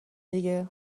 دیگه